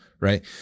right